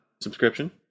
subscription